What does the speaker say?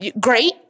Great